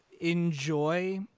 enjoy